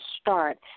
start